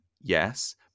yes